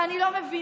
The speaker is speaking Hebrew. ואני לא מבינה,